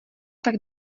tak